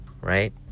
right